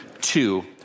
Two